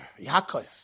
Yaakov